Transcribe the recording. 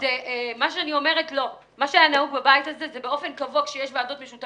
זה מה שהיה חשוב לנו.